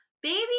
Baby